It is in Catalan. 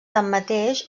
tanmateix